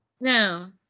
No